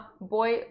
Boy